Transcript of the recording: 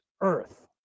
earth